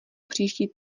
příští